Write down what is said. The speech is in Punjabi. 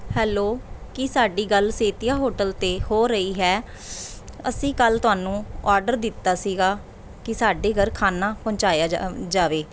ਹੈਲੋ ਕੀ ਸਾਡੀ ਗੱਲ ਸੇਤੀਆ ਹੋਟਲ 'ਤੇ ਹੋ ਰਹੀ ਹੈ ਅਸੀਂ ਕੱਲ੍ਹ ਤੁਹਾਨੂੰ ਔਡਰ ਦਿੱਤਾ ਸੀਗਾ ਕਿ ਸਾਡੇ ਘਰ ਖਾਣਾ ਪਹੁੰਚਾਇਆ ਜਾ ਜਾਵੇ